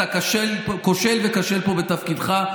אתה כושל פה בתפקידך.